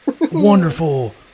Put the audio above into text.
wonderful